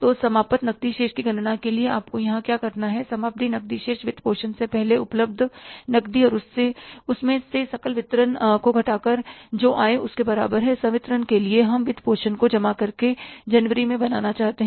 तो समाप्त नकदी शेष की गणना के लिए आपको यहां क्या करना है समाप्ति नकदी शेष वित्तपोषण से पहले उपलब्ध नकदी और उसमें से सकल वितरण को घटा कर जो आए उस के बराबर है संवितरण के लिए हम वित्तपोषण को जमा करके जनवरी में बनाना चाहते हैं